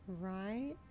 Right